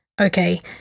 Okay